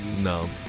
No